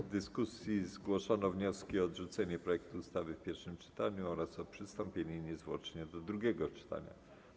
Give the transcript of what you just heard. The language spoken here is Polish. W dyskusji zgłoszono wnioski: o odrzucenie projektu ustawy w pierwszym czytaniu oraz o przystąpienie niezwłocznie do drugiego czytania.